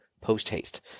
post-haste